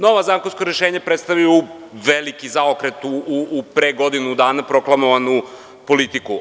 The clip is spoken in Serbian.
Novo zakonsko rešenje predstavlja veliki zaokret u pre godinu proklamovanu politiku.